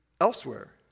elsewhere